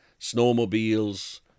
snowmobiles